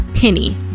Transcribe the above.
penny